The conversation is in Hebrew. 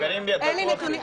אין לי נתונים.